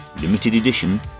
limited-edition